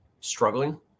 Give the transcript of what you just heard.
struggling